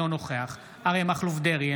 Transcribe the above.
אינו נוכח אריה מכלוף דרעי,